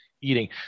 Eating